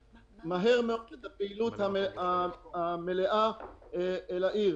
מהר מאוד את הפעילות המלאה אל העיר.